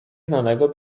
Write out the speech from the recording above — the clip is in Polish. znanego